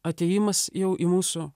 atėjimas jau į mūsų